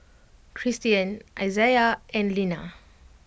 Kristian Izaiah and Linna